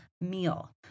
meal